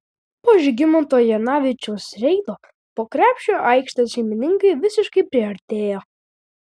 po žygimanto janavičiaus reido po krepšiu aikštės šeimininkai visiškai priartėjo